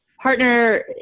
partner